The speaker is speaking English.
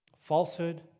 falsehood